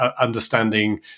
understanding